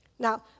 Now